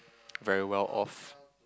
very well off